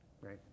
right